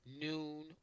noon